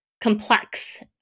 complex